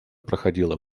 проходила